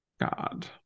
God